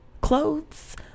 clothes